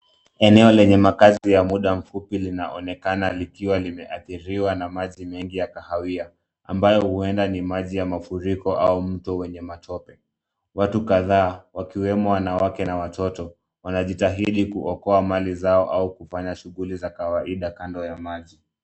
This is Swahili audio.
Eneo lenye makazi ya muda mufupi linaonekana likiwa limeadhiriwa na maji mengi ya kahawia ambayo huenda ni maji ya mafuriko au mto wenye matope. Watu kadhaa wakiwemo wanawake na watoto wanajitahidi kuokoa mali zao au kufanya shughuli za kawaida kando ya maji.